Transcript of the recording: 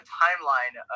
timeline